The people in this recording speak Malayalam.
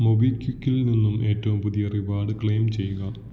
മൊബിക്വിക്കിൽ നിന്ന് ഏറ്റവും പുതിയ റിവാർഡ് ക്ലെയിം ചെയ്യുക